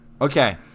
okay